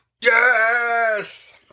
Yes